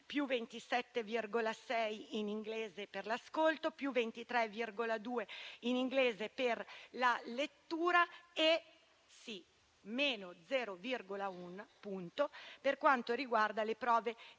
più 27,6 in inglese per l'ascolto, più 23,2 in inglese per la lettura e, sì, meno 0,1 punti per quanto riguarda le prove di